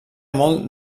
molt